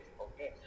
okay